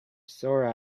sore